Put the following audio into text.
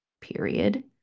period